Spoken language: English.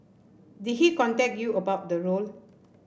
did he contact you about the role